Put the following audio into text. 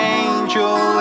angel